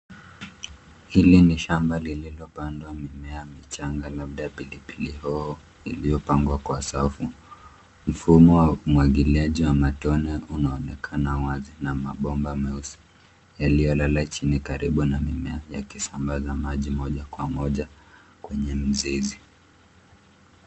Hili ni shamba lililopandwa mimea michanga labda pilipili hoho iliyopangwa kwa safu, mfumo wa umwagiliaji wa matone unaonekana wazi na mabomba meusi yaliyolala chini karibu na mimea yakisambaza maji moja kwa moja kwenye mizizi.